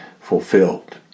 fulfilled